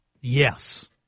Yes